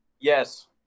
Yes